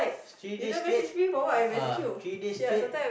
three days straight uh three days straight